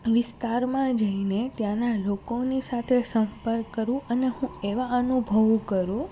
વિસ્તારમાં જઈને ત્યાંનાં લોકોની સાથે સંપર્ક કરું અને હું એવા અનુભવો કરું